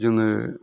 जोङो